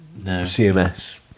CMS